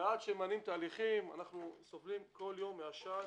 ועד שמניעים תהליכים אנו סובלים כל יום מעשן.